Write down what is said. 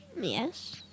Yes